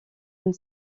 une